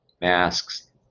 masks